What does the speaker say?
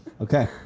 Okay